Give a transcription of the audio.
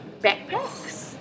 Backpacks